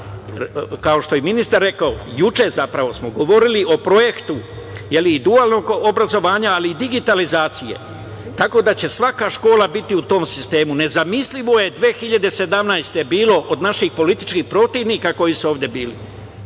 kao što je i ministar rekao, juče smo zapravo govorili o projektu i dualnog obrazovanja ali i digitalizacije. Tako da će svaka škola biti u tom sistemu. Nezamislivo je 2017. godine bilo od naših političkih protivnika koji su ovde bili